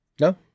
no